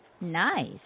Nice